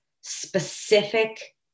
specific